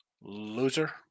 Loser